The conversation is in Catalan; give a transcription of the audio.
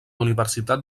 universitat